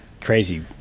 crazy